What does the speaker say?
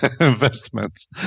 investments